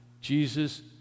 Jesus